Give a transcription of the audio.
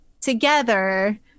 together